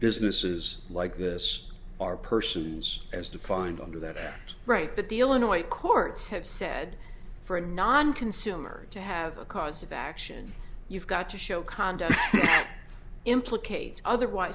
businesses like this are persons as defined under that act right but the illinois courts have said for a non consumer to have a cause of action you've got to show conduct that implicates otherwise